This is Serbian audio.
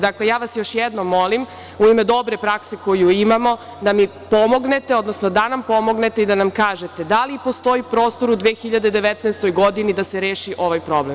Dakle, ja vas još jednom molim, u ime dobre prakse koju imamo, da mi pomognete, odnosno da nam pomognete i da nam kažete da li postoji prostor da se u 2019. godini da reši ovaj problem?